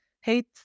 hate